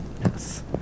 Yes